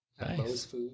Nice